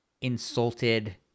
insulted